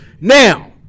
Now